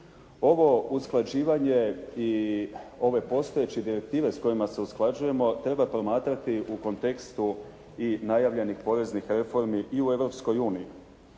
Ovo usklađivanje i ove postojeće direktive s kojima se usklađujemo treba promatrati u kontekstu i najavljenih poreznih reformi i u Europskoj uniji.